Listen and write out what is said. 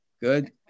Good